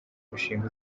mushinga